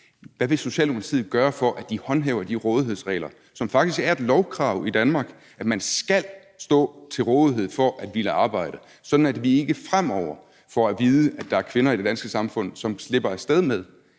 at det er synd for indvandrerne, håndhæver de rådighedsregler, som faktisk er et lovkrav i Danmark, nemlig at man skal være til rådighed for at ville arbejde, sådan at vi ikke fremover får at vide, at der er kvinder i det danske samfund, som slipper af sted med